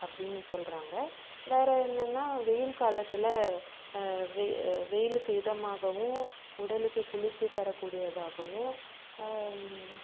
அப்படின்னு சொல்கிறாங்க வேறு என்னென்னா வெயில் காலத்தில் வெ வெயிலுக்கு இதமாகவும் உடலுக்கு குளிர்ச்சி தரக்கூடியதாகவும்